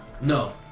No